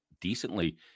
decently